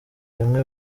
rimwe